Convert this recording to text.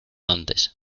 antes